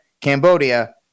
Cambodia